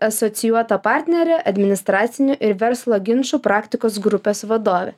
asocijuota partnerė administracinių ir verslo ginčų praktikos grupės vadovė